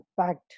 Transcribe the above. impact